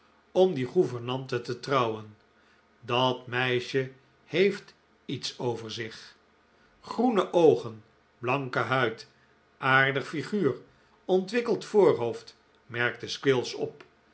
om die gouvernante te trouwen dat meisje heeft iets over zich groene oogen blanke huid aardig figuur ontwikkeld voorhoofd merkte squills op